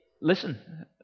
listen